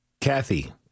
Kathy